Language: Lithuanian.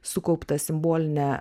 sukauptą simbolinę